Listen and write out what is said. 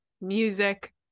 music